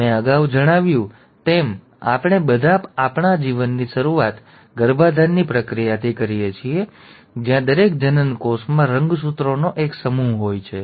મેં અગાઉ જણાવ્યું તેમ આપણે બધા આપણા જીવનની શરૂઆત ગર્ભાધાનની પ્રક્રિયા દ્વારા કરીએ છીએ જ્યાં દરેક જનનકોષમાં રંગસૂત્રોનો એક સમૂહ હોય છે